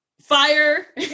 fire